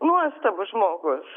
nuostabus žmogus